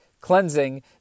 cleansing